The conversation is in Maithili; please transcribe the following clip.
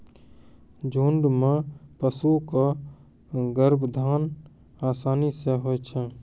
झुंड म पशु क गर्भाधान आसानी सें होय छै